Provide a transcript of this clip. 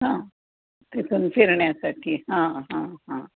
हां तिथून फिरण्यासाठी हां हां हां